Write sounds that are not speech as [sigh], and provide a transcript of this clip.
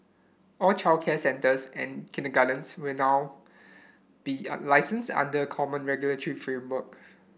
all childcare centres and kindergartens will now be [hesitation] licensed under a common regulatory framework